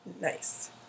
Nice